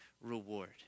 reward